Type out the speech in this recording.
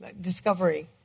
Discovery